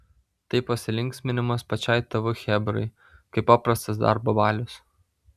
tai pasilinksminimas pačiai tv chebrai kaip paprastas darbo balius